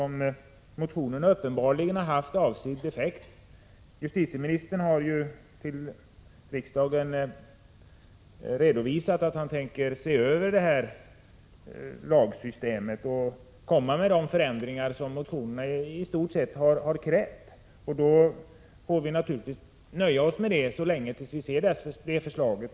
Motionen har haft avsedd effekt. Justitieministern har redovisat för riksdagen att han tänker se över detta lagsystem och lägga fram förslag om i stort sett de förändringar vi motionärer har krävt. Vi får naturligtvis nöja oss med det tills vi ser förslaget.